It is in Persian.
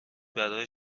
برا